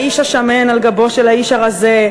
האיש השמן על גבו של האיש הרזה,